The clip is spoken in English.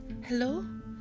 hello